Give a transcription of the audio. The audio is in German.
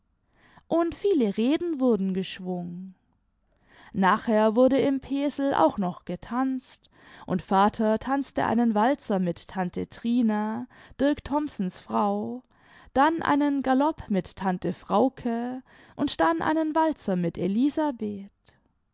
und viele reden wurden geschwungen nachher wurde im pesel auch noch getanzt und vater tanzte einen walzer mit tante trina dirk thomsens frau dann einen galopp mit tante frauke und dann einen walzer mit elisabeth